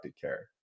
care